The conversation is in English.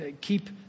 keep